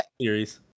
series